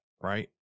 right